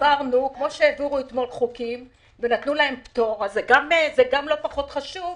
כמו שאתמול העבירו חוקים ונתנו להם פטור גם זה לא פחות חשוב.